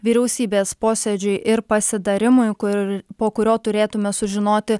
vyriausybės posėdžiui ir pasitarimui ir po kurio turėtume sužinoti